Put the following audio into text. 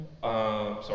sorry